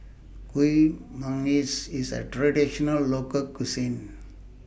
Kuih Manggis IS A Traditional Local Cuisine